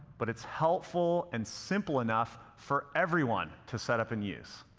but it's helpful and simple enough for everyone to set up and use.